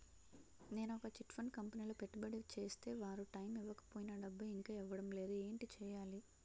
నేను ఒక chit fund కంపెనీలో పెట్టుబడి చేస్తే వారు టైమ్ ఇవ్వకపోయినా డబ్బు ఇంకా ఇవ్వడం లేదు ఏంటి చేయాలి?